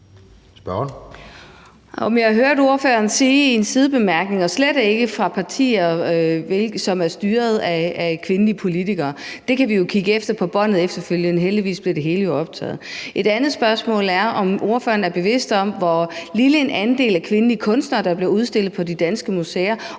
Men jeg hørte ordføreren sige i en sidebemærkning: og slet ikke fra partier, som er styret af kvindelige politikere. Det kan vi jo høre på båndet efterfølgende, for heldigvis bliver det hele optaget. Et andet spørgsmål er, om ordføreren er bevidst om, hvor lille en andel kvindelige kunstnere der bliver udstillet på de danske museer,